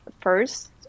first